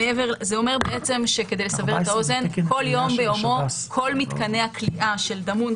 זה אומר שכל יום כל מתקני הכליאה של דמון,